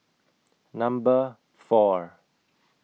Number four